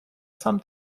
сам